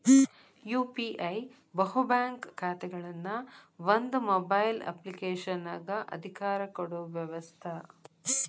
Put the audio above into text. UPI ಬಹು bank ಖಾತೆಗಳನ್ನ ಒಂದ ಮೊಬೈಲ್ ಅಪ್ಲಿಕೇಶನಗ ಅಧಿಕಾರ ಕೊಡೊ ವ್ಯವಸ್ತ